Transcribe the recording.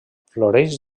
floreix